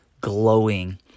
glowing